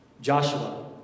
Joshua